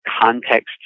context